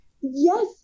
Yes